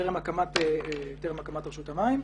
בטרם הקמת רשות המים.